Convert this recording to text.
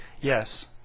yes